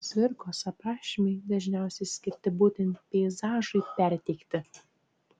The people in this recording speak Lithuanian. cvirkos aprašymai dažniausiai skirti būtent peizažui perteikti